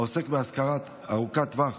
העוסק בהשכרה ארוכת טווח,